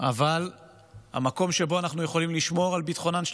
אבל המקום שבו אנחנו יכולים לשמור על ביטחונן של